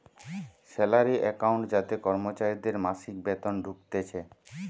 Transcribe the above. salary account যাতে কর্মচারীদের মাসিক বেতন ঢুকতিছে